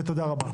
ותודה רבה.